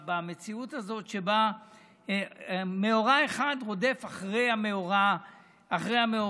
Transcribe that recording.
במציאות הזאת שבה מאורע אחד רודף אחרי המאורע השני.